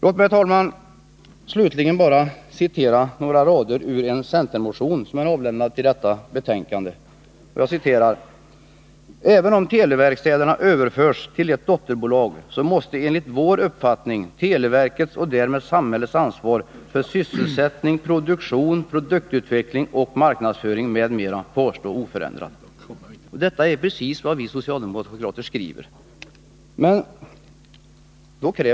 Låt mig, herr talman, slutligen bara citera några rader ur en centermotion som är väckt med anledning av denna proposition: ”Även om televerkstäderna överförs till ett dotterbolag måste enligt vår uppfattning televerkets och därmed samhällets ansvar för sysselsättning, produktion, produktutveckling och marknadsföring m.m. kvarstå oförändab” Detta är precis vad vi socialdemokrater skriver i reservation 4.